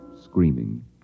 screaming